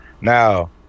Now